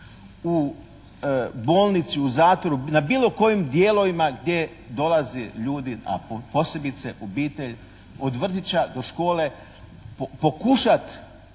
u bolnici, u zatvoru, na bilo kojim dijelovima gdje dolaze ljudi, a posebice obitelj od vrtića do škole, pokušati